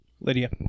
lydia